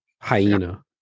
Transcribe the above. Hyena